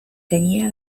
tenía